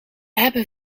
hebben